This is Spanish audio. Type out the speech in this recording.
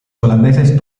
holandeses